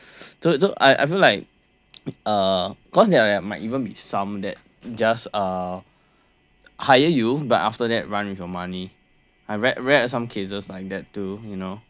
I feel like uh cause there might even be some that just uh hire you but after that run with your money I read read some cases like that too you know